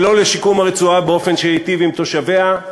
ולא לשיקום הרצועה באופן שייטיב עם תושביה,